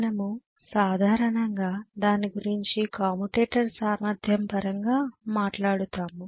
మనము సాధారణంగా దాని గురించి కమ్యుటేటర్ సామర్థ్యం పరంగా మాట్లాడుతాము